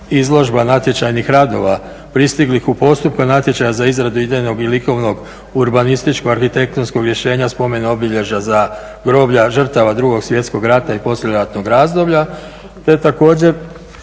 izložba natječajnih radova pristiglih u postupku natječaja za izradu idejnog i likovnog urbanističko-arhitektonskog rješenja spomen obilježja za groblja žrtava 2. svjetskog rata i poslijeratnog razdoblja te također